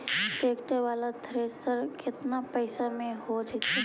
Tractor बाला thresher केतना पैसा में हो जैतै?